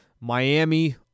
Miami